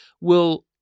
will-